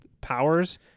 powers